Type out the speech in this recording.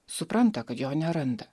supranta kad jo neranda